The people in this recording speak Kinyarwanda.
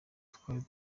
twari